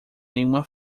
nenhuma